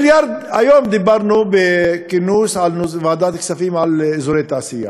היום דיברנו בכינוס בוועדת הכספים על אזורי תעשייה.